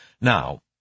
Now